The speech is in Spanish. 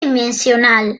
dimensional